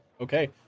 okay